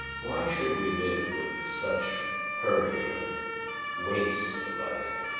why should we live with such hurry and waste of life?